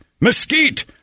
mesquite